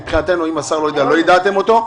מבחינתנו, אם השר לא יודע לא יידעתם אותנו.